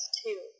two